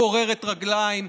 גוררת רגליים,